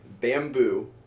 bamboo